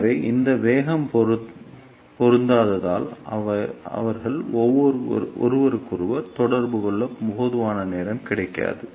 எனவே இந்த வேகம் பொருந்தாததால் அவர்கள் ஒருவருக்கொருவர் தொடர்பு கொள்ள போதுமான நேரம் கிடைக்காது